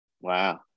wow